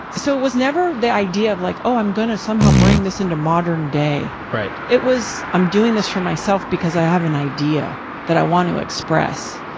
so it was never the idea of like, oh, i'm going to somehow bring this into modern day it was i'm doing this for myself because i have an idea that i want to express.